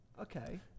Okay